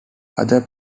other